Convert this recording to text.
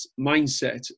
mindset